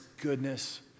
goodness